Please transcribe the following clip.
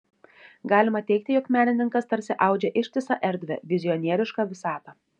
galima teigti jog menininkas tarsi audžia ištisą erdvę vizionierišką visatą